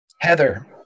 Heather